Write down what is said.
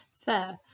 Fair